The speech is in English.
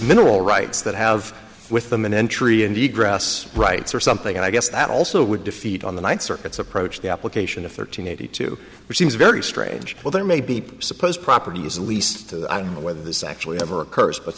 mineral rights that have with them an entry in the grass rights or something and i guess that also would defeat on the ninth circuit's approach the application of thirteen eighty two which seems very strange well there may be supposed properties at least i don't know whether this actually ever occurs but